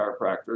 chiropractor